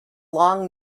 long